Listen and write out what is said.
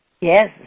yes